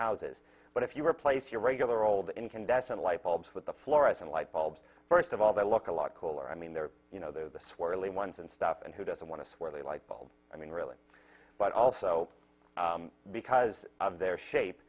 houses but if you replace your regular old incandescent light bulbs with the fluorescent light bulbs first of all they look a lot cooler i mean they're you know the swirly ones and stuff and who doesn't want to swear the light bulb i mean really but also because of their shape